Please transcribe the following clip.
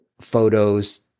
photos